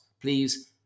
Please